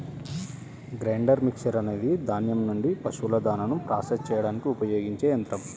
grinder mixer అనేది ధాన్యం నుండి పశువుల దాణాను ప్రాసెస్ చేయడానికి ఉపయోగించే యంత్రం